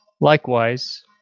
Likewise